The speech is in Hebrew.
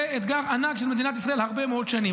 זה אתגר ענק של מדינת ישראל הרבה מאוד שנים.